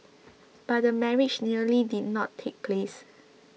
but the marriage nearly did not take place